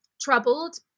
troubled